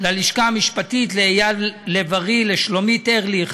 ללשכה המשפטית, לאייל לב ארי, לשלומית ארליך,